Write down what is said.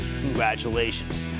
congratulations